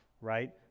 right